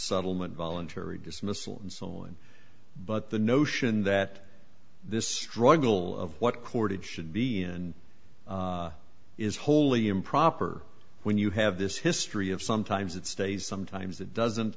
settlement voluntary dismissal and so on but the notion that this struggle of what chord it should be in is wholly improper when you have this history of sometimes it stays sometimes it doesn't